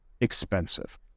expensive